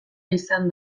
izan